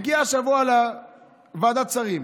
זה הגיע השבוע לוועדת שרים.